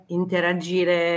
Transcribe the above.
interagire